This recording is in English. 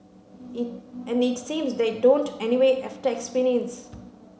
it and it seems they don't anyway after experience